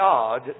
God